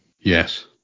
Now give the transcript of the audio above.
Yes